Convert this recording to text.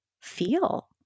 feel